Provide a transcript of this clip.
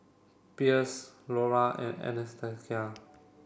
Pierce Laura and Anastacia